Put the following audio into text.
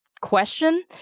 question